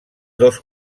dos